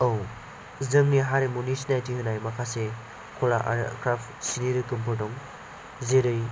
औ जोंनि हारिमुनि सिनायथि होनाय माखासे कला आरो क्राफ्ट सिनि रोखोमफोर दं जेरै